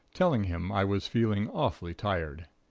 telling him i was feeling awfully tired.